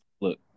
look